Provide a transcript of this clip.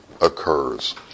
occurs